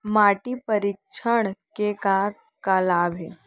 माटी परीक्षण के का का लाभ हे?